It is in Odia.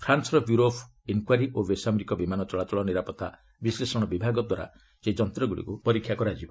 ଫ୍ରାନ୍ୱର ବ୍ୟୁରୋ ଅଫ୍ ଇନ୍କ୍ୱାରି ଓ ବେସାମରିକ ବିମାନ ଚଳାଚଳ ନିରାପତ୍ତା ବିଶ୍ଳେଷଣ ବିଭାଗ ବିଇଏ ଦ୍ୱାରା ସେହି ଯନ୍ତ୍ରଗୁଡ଼ିକୁ ପରୀକ୍ଷା କରାଯିବ